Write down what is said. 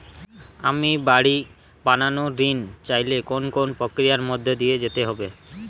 আমি বাড়ি বানানোর ঋণ চাইলে কোন কোন প্রক্রিয়ার মধ্যে দিয়ে যেতে হবে?